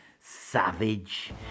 savage